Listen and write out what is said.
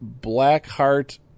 Blackheart